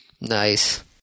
Nice